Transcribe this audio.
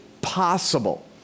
possible